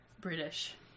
British